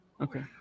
Okay